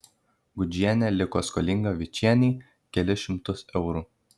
gudžienė liko skolinga vičienei kelis šimtus eurų